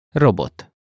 Robot